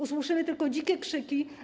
Usłyszymy tylko dzikie krzyki.